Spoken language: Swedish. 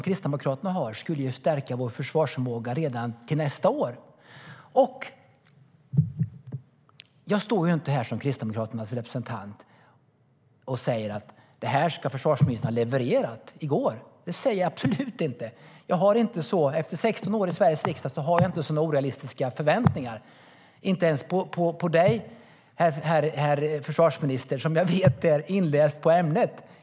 Kristdemokraternas förslag skulle stärka vår försvarsförmåga redan nästa år. Jag står inte här som Kristdemokraternas representant och säger att detta borde försvarsministern ha levererat i går. Det säger jag absolut inte. Efter 16 år i Sveriges riksdag har jag inte sådana orealistiska förväntningar - inte ens på dig, herr försvarsminister, som jag vet är inläst på ämnet.